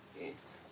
yes